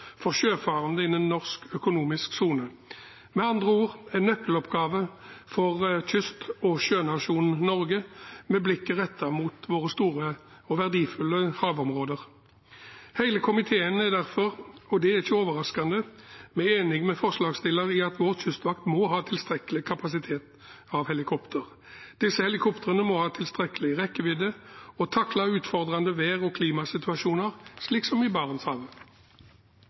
for sjøfarende innen norsk økonomisk sone. De har med andre ord en nøkkeloppgave for kyst- og sjønasjonen Norge, med blikket rettet mot våre store og verdifulle havområder. Hele komiteen er derfor – og det er ikke overraskende – enig med forslagsstillerne i at vår kystvakt må ha tilstrekkelig helikopterkapasitet. Disse helikoptrene må ha tilstrekkelig rekkevidde og takle utfordrende vær- og klimasituasjoner, slik som i